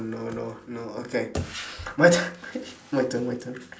no no no okay my turn my turn my turn